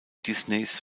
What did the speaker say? disneys